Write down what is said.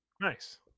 Nice